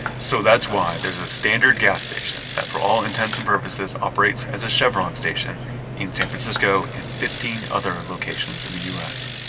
so that's why there's a standard gas station, that for all intents and purposes operates as a chevron station in san francisco, and fifteen other locations in the us